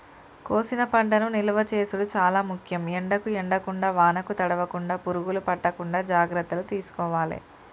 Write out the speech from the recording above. కోసిన పంటను నిలువ చేసుడు చాల ముఖ్యం, ఎండకు ఎండకుండా వానకు తడవకుండ, పురుగులు పట్టకుండా జాగ్రత్తలు తీసుకోవాలె